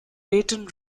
baton